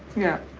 yeah.